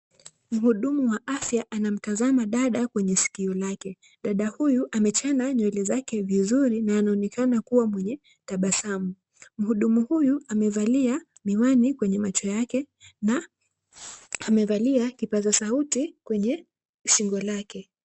Muhudumu wa afya anamtazama dada kwenye sikio lake. Dada huyu amechana nywele zake vizuri na anaonekana kuwa mwenye tabasamu. Muhudumu huyu amevalia miwani kwenye macho yake na amevalia kipaza sauti kwenye shingo lake.